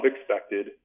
expected